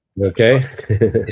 Okay